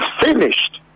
finished